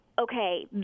okay